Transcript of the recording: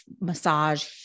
massage